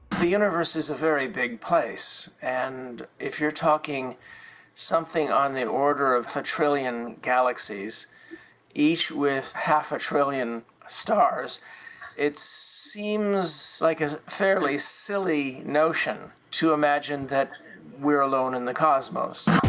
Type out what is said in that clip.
the universe is a very big place, and if you're talking something on the order of a trillion galaxies each with half a trillion stars it seems like a fairly silly notion to imagine that we're alone in the cosmos